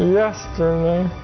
yesterday